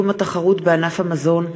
הצעת חוק קידום התחרות בענף המזון,